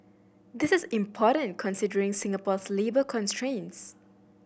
this is important considering Singapore's labour constraints